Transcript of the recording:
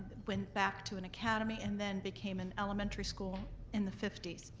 went back to an academy, and them became an elementary school in the fifty s.